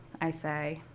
i say.